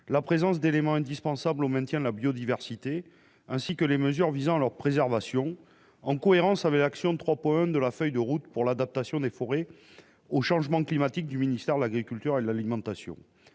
La présence d'éléments indispensables au maintien de la biodiversité, ainsi que les mesures visant à leur préservation en cohérence avec l'action de 3 points de la feuille de route pour l'adaptation des forêts au changement climatique, du ministère de l'agriculture et l'alimentation.